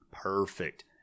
Perfect